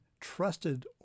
trusted